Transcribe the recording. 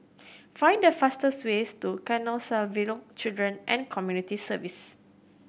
find the fastest ways to Canossaville Children and Community Services